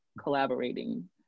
collaborating